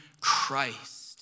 Christ